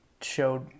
showed